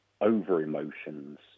over-emotions